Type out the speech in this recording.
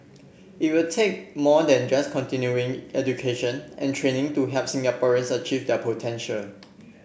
it will take more than just continuing education and training to help Singaporeans achieve their potential